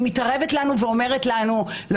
היא מתערבת לנו ואומרת לנו שאנחנו לא